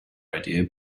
idea